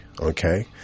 Okay